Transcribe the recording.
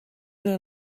down